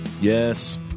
Yes